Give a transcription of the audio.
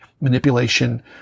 manipulation